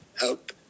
help